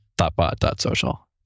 thoughtbot.social